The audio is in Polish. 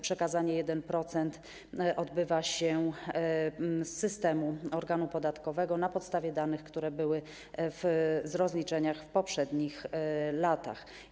Przekazanie 1% odbywa się poprzez system organu podatkowego na podstawie danych, które były w rozliczeniach w poprzednich latach.